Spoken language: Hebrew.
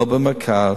לא במרכז,